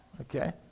Okay